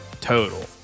Total